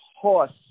horse